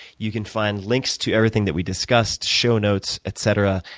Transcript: you can find links to everything that we discussed, show notes, etc.